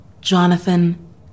Jonathan